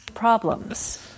problems